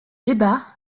débats